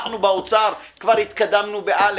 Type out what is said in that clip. אנחנו במשרד אוצר כבר התקדמנו ב-א',